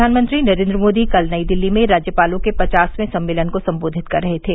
प्रधानमंत्री नरेन्द्र मोदी कल नई दिल्ली में राज्यपालों के पचासयें सम्मेलन को सम्बोधित कर रहे थे